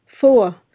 Four